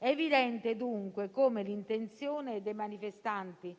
È evidente, dunque, come l'intenzione dei manifestanti